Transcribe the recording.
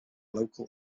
local